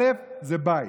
אל"ף זה בית.